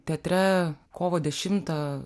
teatre kovo dešimtą